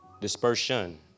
dispersion